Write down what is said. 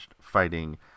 fighting